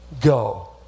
go